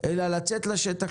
אלא לצאת לשטח,